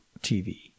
TV